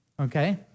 okay